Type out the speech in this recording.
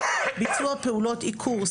ביצוע פעולות עיקור,